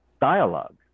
dialogue